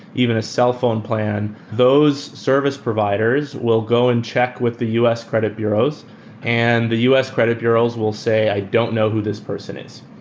even a cell phone plan, those service providers will go and check with the us credit bureaus and the us credit bureaus will say i don't know who this person is.